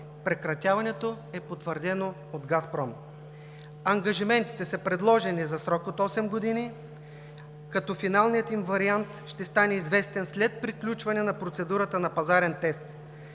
Прекратяването е потвърдено от „Газпром“. Ангажиментите са предложени за срок от осем години, като финалният им вариант ще стане известен след приключване на процедурата на пазарен тест.